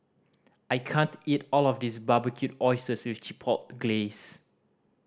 I can't eat all of this Barbecued Oysters with Chipotle Glaze